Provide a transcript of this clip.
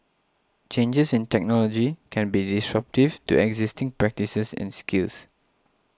changes in technology can be disruptive to existing practices and skills